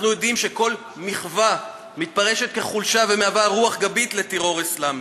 אנחנו יודעים שכל מחווה מתפרשת כחולשה ומהווה רוח גבית לטרור אסלאמי,